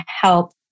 help